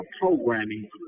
programming